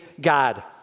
God